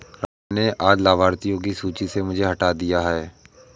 राम ने आज लाभार्थियों की सूची से मुझे हटा दिया है